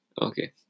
Okay